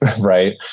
right